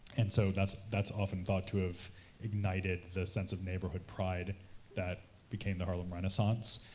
and so that's that's often thought to have ignited the sense of neighborhood pride that became the harlem renaissance,